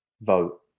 vote